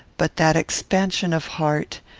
but that expansion of heart,